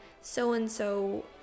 so-and-so